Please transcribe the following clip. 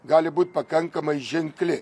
gali būt pakankamai ženkli